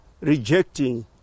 Rejecting